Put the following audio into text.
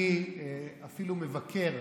אני אפילו מבכר,